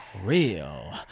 real